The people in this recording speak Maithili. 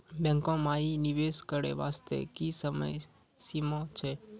बैंको माई निवेश करे बास्ते की समय सीमा छै?